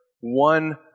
one